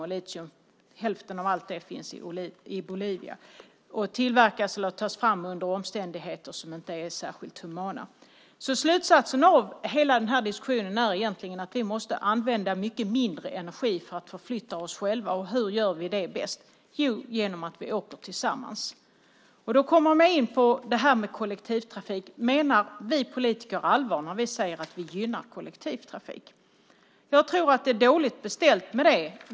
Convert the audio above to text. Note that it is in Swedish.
Och hälften av allt litium finns i Bolivia och tillverkas eller tas fram under omständigheter som inte är särskilt humana. Slutsatsen av hela den här diskussionen är egentligen att vi måste använda mycket mindre energi för att förflytta oss själva. Hur gör vi det bäst? Jo, genom att vi åker tillsammans. Då kommer man in på detta med kollektivtrafik. Menar vi politiker allvar när vi säger att vi gynnar kollektivtrafik? Jag tror att det är dåligt beställt med det.